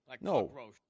no